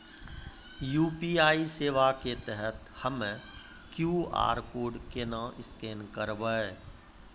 UPI सेवा के तहत हम्मय क्यू.आर कोड केना स्कैन करबै?